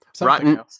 rotten